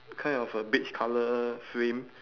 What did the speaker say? kind of a beige colour frame